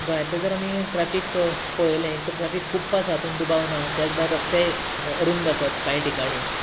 गोंयांतलें जर आमी ट्राफीक पळयलें तें ट्राफीक खुप्प आसा हातून दुबाव ना तेंच बरा रस्तेय अरूंद आसात कांय ठिकाणी